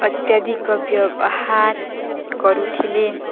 ଅତ୍ୟଧିକ ବ୍ୟବହାର କରୁଥିଲେ